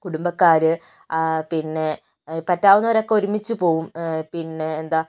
കുടുംബക്കാര് പിന്നെ പറ്റാവുന്നവരൊക്കെ ഒരുമിച്ച് പോവും പിന്നെ എന്താ